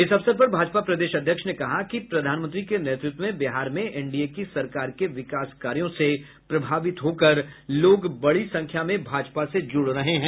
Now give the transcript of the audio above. इस अवसर पर भाजपा प्रदेश अध्यक्ष ने कहा कि प्रधानमंत्री के नेतृत्व में बिहार में एनडीए की सरकार के विकास कार्यों से प्रभावित होकर लोग बड़ी संख्या में भाजपा से जुड़ रहे हैं